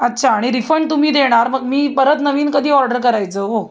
अच्छा आणि रिफंड तुम्ही देणार मग मी परत नवीन कधी ऑर्डर करायचं हो